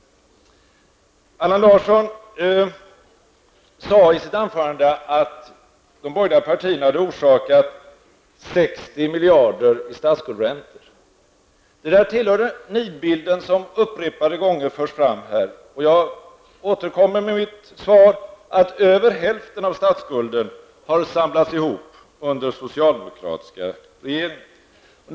Allan Larsson sade i sitt anförande att de borgerliga partierna hade orsakat 60 miljarder i statsskuldräntor. Det där tillhör nidbilden som upprepade gånger förs fram här. Och jag återkommer med mitt svar att över hälften av stadsskulden har samlats ihop under socialdemokratiska regeringar.